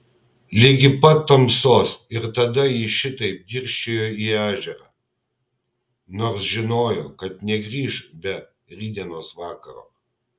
ligi pat tamsos ir tada ji šitaip dirsčiojo į ežerą nors žinojo kad negrįš be rytdienos vakaro